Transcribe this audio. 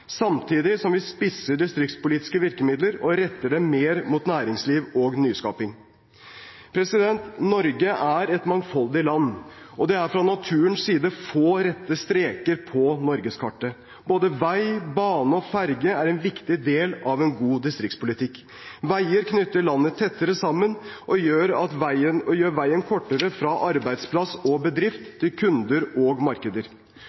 samtidig som vi spisser distriktspolitiske virkemidler og retter dem mer mot næringsliv og nyskapning, Norge er et mangfoldig land, og det er fra naturens side få rette streker på norgeskartet. Både vei, bane og ferge er en viktig del av en god distriktspolitikk. Veier knytter landet tettere sammen og gjør veien kortere fra arbeidsplass og bedrift til kunder og markeder.